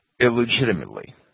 illegitimately